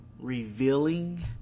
Revealing